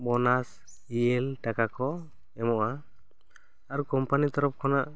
bonus ᱤ ᱮᱞ ᱴᱟᱠᱟ ᱠᱚ ᱮᱢᱚᱜ ᱟ ᱟᱨ ᱠᱚᱢᱯᱟᱱᱤ ᱛᱚᱨᱟᱯᱷ ᱠᱷᱚᱱᱟᱜ